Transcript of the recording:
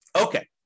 Okay